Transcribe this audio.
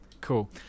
cool